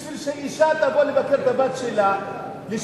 בשביל שאשה תבוא לבקר את הבת שלה לשבוע